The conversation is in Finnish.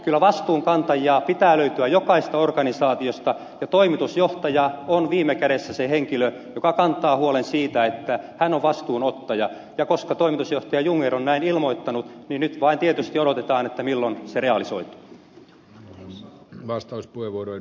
kyllä vastuunkantajia pitää löytyä jokaisesta organisaatiosta ja toimitusjohtaja on viime kädessä se henkilö joka kantaa huolen siitä että hän on vastuunottaja ja koska toimitusjohtaja jungner on näin ilmoittanut niin nyt vain tietysti odotetaan milloin se realisoituu